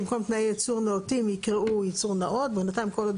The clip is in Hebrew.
במקום "תנאי ייצור נאותים" יקראו "ייצור נאות"; בנתיים כל עוד